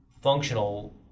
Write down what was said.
functional